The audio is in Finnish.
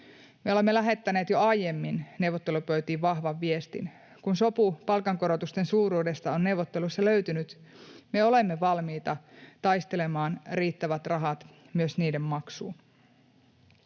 Me olemme lähettäneet jo aiemmin neuvottelupöytiin vahvan viestin: kun sopu palkankorotusten suuruudesta on neuvotteluissa löytynyt, me olemme valmiita taistelemaan riittävät rahat myös niiden maksuun.